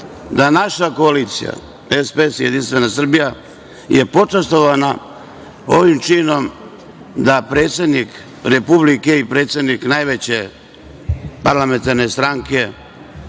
da naša koalicija SPS-Jedinstvena Srbija, je počastvovana ovim činom da predsednik Republike i predsednik najveće parlamentarne stranke,